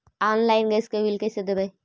Online gas के bill कैसे देबै?